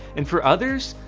and for others,